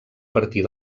partir